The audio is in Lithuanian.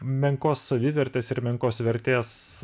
menkos savivertės ir menkos vertės